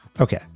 Okay